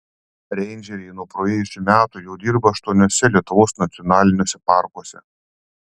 reindžeriai nuo praėjusių metų jau dirba aštuoniuose lietuvos nacionaliniuose parkuose